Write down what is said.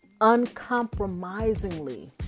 uncompromisingly